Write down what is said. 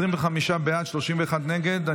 25 בעד, 31 נגד.